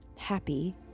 Happy